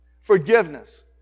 Forgiveness